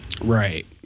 Right